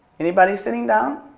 anybody sitting down?